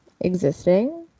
existing